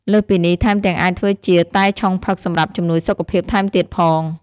លើសពីនេះ ថែមទាំងអាចធ្វើជាតែឆុងផឹកសម្រាប់ជំនួយសុខភាពថែមទៀតផង។